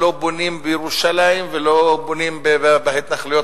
שלא בונים בירושלים ולא בונים בהתנחלויות,